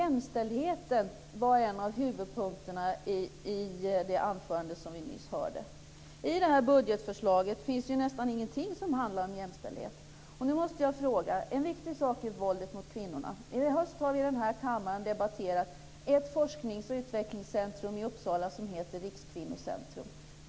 Jämställdheten var en av huvudpunkterna i det anförande som vi nyss hörde. I det här budgetförslaget finns nästan ingenting som handlar om jämställdhet. En viktig sak som jag undrar över är våldet mot kvinnorna. I höst har vi i kammaren debatterat ett forsknings och utvecklingscentrum i Uppsala som heter Rikskvinnocentrum.